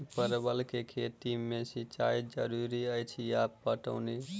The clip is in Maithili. परवल केँ खेती मे सिंचाई जरूरी अछि या पटौनी?